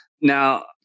Now